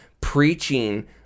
preaching